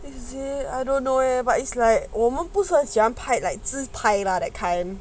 is it I don't know leh but it's like 我们不是很喜欢 like 来自拍 lah that kind